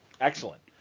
excellent